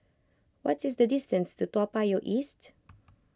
what is the distance to Toa Payoh East